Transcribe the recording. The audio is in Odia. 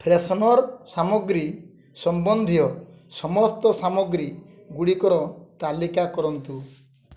ଫ୍ରେଶନର୍ ସାମଗ୍ରୀ ସମ୍ବନ୍ଧୀୟ ସମସ୍ତ ସାମଗ୍ରୀଗୁଡ଼ିକର ତାଲିକା କରନ୍ତୁ